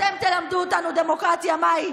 אתם תלמדו אותנו דמוקרטיה מהי?